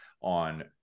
on